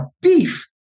beef